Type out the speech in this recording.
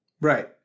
Right